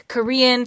Korean